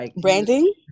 Branding